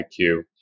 IQ